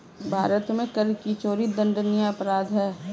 भारत में कर की चोरी दंडनीय अपराध है